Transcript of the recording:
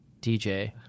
dj